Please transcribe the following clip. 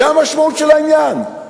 זו המשמעות של העניין,